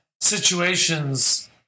situations